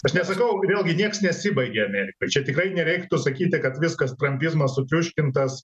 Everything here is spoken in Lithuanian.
aš nesakau vėlgi nieks nesibaigė amerikoj čia tikrai nereiktų sakyti kad viskas trampizmas sutriuškintas